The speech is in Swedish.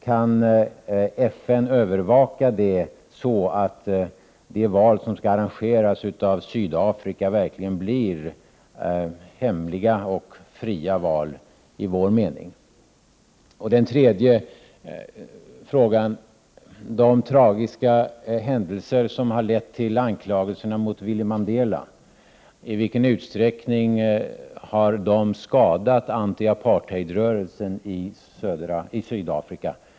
Kan FN övervaka detta, så att de val som skall arrangeras av Sydafrika verkligen blir i vår mening hemliga och fria val? Min tredje fråga gäller de tragiska händelser som har lett till anklagelserna mot Winnie Mandela. I vilken utsträckning har de skadat anti-apartheidrörelsen i Sydafrika?